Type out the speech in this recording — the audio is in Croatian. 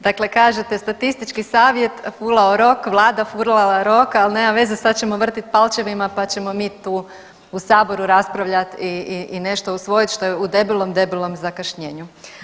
Dakle kažete statistički savjet fulao rok, vlada fulala rok, al nema veze sad ćemo vrtjet palčevima, pa ćemo mi tu u saboru raspravljat i nešto usvojit što je u debelom, debelom zakašnjenju.